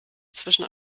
zwischen